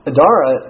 Adara